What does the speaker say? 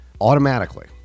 automatically